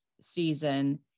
season